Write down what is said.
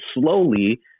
slowly